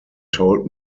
told